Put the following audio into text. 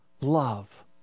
Love